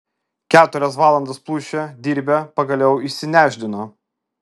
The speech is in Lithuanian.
keturias valandas plušę dirbę pagaliau išsinešdino